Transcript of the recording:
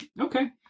Okay